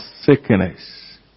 sickness